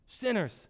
Sinners